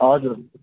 हजुर